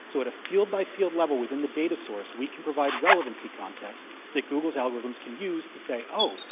so at a field by field level within the data source, we can provide relevancy context that google's algorithms can use to say, oh,